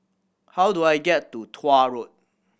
how do I get to Tuah Road